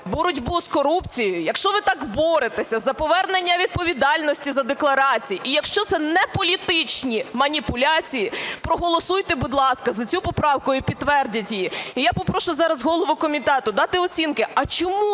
боротьбу з корупцією, якщо ви так боретеся за повернення відповідальності за декларації і якщо це не політичні маніпуляції, проголосуйте, будь ласка, за цю поправку і підтвердіть її. І я попрошу зараз голову комітету дати оцінки, а чому